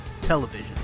television